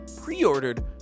pre-ordered